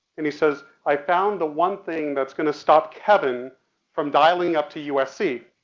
and he says, i found the one thing that's gonna stop kevin from dialing up to usc.